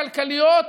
כלכליות,